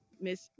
miss